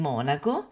Monaco